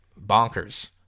bonkers